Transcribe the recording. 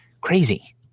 Crazy